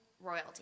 royalty